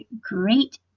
great